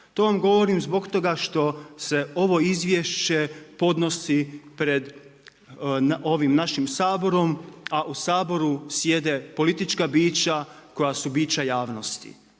To vam govorim zbog toga što se ovo izvješće podnosi pred ovim našim Saborom, a u Saboru sjede politička bića koja su bića javnosti